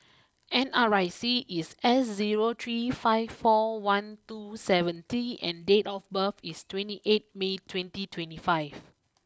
N R I C is S zero three five four one two seven T and date of birth is twenty eight May twenty twenty five